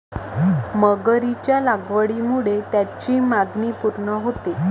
मगरीच्या लागवडीमुळे त्याची मागणी पूर्ण होते